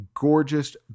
gorgeous